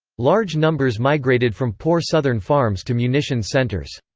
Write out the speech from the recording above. large numbers migrated from poor southern farms to munitions centers.